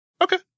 okay